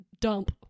dump